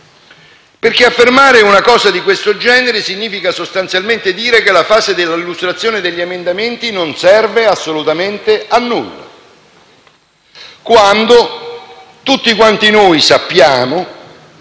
Gruppo. Affermare una cosa di questo genere significherebbe sostanzialmente dire che la fase dell'illustrazione degli emendamenti non serve assolutamente a nulla, quando tutti noi sappiamo